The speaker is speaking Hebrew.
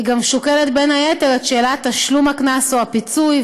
היא שוקלת בין היתר את שאלת תשלום הקנס או הפיצוי,